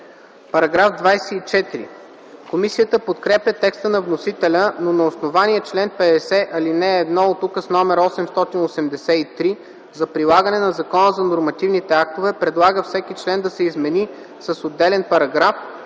ДОБРЕВ: Комисията подкрепя текста на вносителя, но на основание чл. 50, ал. 1 от Указ № 883 за прилагане на Закона за нормативните актове предлага всеки член да се измени с отделен параграф,